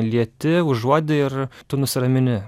lieti užuodi ir tu nusiramini